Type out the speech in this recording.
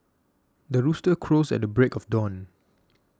the rooster crows at the break of dawn